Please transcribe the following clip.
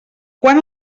quan